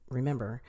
remember